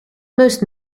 most